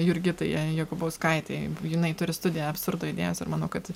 jurgitai jakubauskaitei jinai turi studiją absurdo idėjos ir manau kad